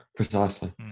Precisely